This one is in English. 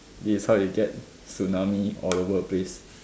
this is how you get tsunami all over the place